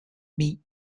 meat